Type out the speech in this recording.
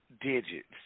digits